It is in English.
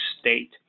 state